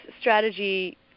strategy